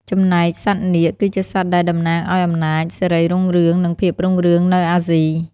ចំណែកសត្វនាគ គឺជាសត្វដែលតំណាងឱ្យអំណាច សិរីរុងរឿង និងភាពរុងរឿងនៅអាស៊ី។